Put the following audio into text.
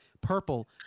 purple